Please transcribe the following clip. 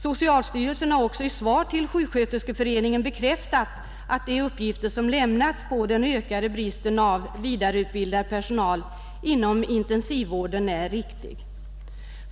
Socialstyrelsen har också i sitt svar till Sjuksköterskeföreningen bekräftat att de uppgifter som lämnats om den ökade bristen på vidareutbildad personal inom intensivvården är riktiga.